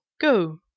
go